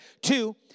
Two